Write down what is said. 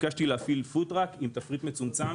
ביקשתי להפעיל פוד-טראק עם תפריט מצומצם